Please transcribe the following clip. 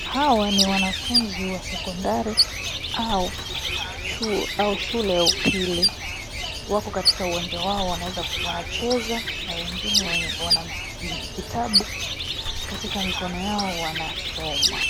Hawa ni wanafunzi wa sekondari au shule ya upili. Wako katika uwanja wao wanacheza na wengine wana vitabu katika mikono yao wanasoma.